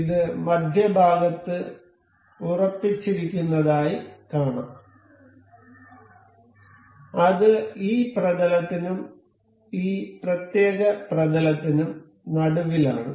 ഇത് മധ്യഭാഗത്ത് ഉറപ്പിച്ചിരിക്കുന്നതായി കാണാം അത് ഈ പ്രതലത്തിനും ഈ പ്രത്യേക പ്രതലത്തിനും നടുവിലാണ്